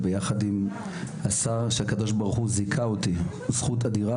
וביחד עם השר שהקדוש ברוך הוא זיכה אותי בזכות אדירה